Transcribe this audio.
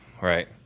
Right